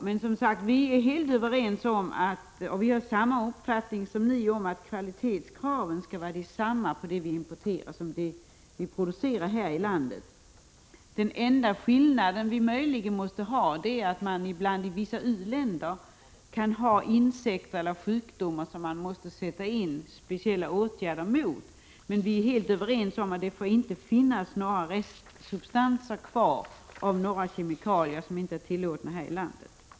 Men vi är som sagt helt överens om och har samma uppfattning som ni att kvalitetskravet skall vara detsamma på det vi importerar som på det vi producerar här i landet. Enda skillnaden är att man i vissa u-länder har problem med insekter och sjukdomar, vilket kräver speciella åtgärder. Men vi är helt överens om att det inte får finnas restsubstanser kvar av kemikalier som inte är tillåtna här i landet.